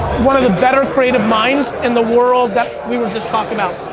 one of the better creative minds in the world that we were just talking about.